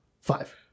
Five